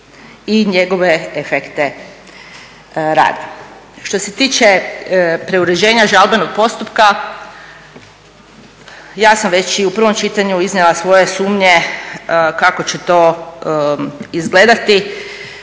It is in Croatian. i njegove efekte rada. Što se tiče preuređenja žalbenog postupka, ja sam već i u prvom čitanju iznijela svoje sumnje kako će to izgledati.